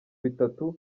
bitatu